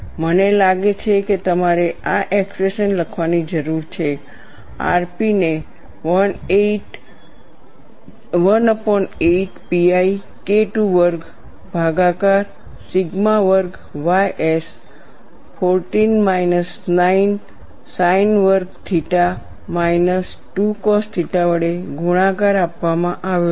મને લાગે છે કે તમારે આ એક્સપ્રેશન લખવાની જરૂર છે rp ને 18 pi KII વર્ગ ભાગાકાર સિગ્મા વર્ગ ys 14 માઈનસ 9 sin વર્ગ થીટા માઈનસ 2 cos theta વડે ગુણાકાર આપવામાં આવ્યો છે